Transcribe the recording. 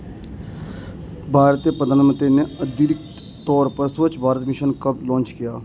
भारतीय प्रधानमंत्री ने आधिकारिक तौर पर स्वच्छ भारत मिशन कब लॉन्च किया?